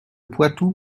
poitou